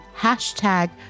hashtag